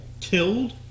Killed